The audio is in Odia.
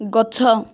ଗଛ